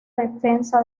defensa